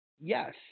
Yes